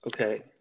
Okay